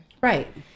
Right